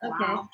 Okay